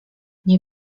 nie